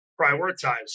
prioritize